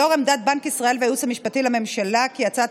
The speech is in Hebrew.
לאור עמדת בנק ישראל והייעוץ המשפטי לממשלה כי הצעת